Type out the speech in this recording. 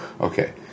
Okay